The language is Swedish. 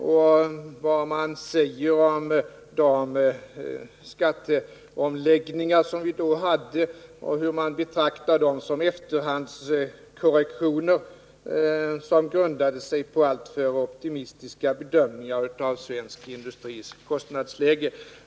De talar t.ex. om de skatteomläggningar som då gjordes och som de betraktar som efterhandskorrektioner, grundade på alltför optimistiska bedömningar av den svenska industrins kostnadsläge.